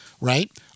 right